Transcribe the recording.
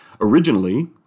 Originally